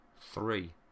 Three